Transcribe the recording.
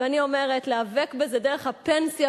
ואני אומרת: להיאבק בזה דרך הפנסיה